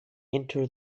enter